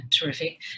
terrific